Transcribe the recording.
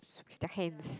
should be the hands